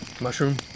Mushroom